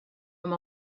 amb